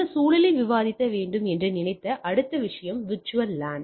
இந்த சூழலில் விவாதிக்க வேண்டும் என்று நினைத்த அடுத்த விஷயம் விர்ச்சுவல் லேன்